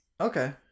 Okay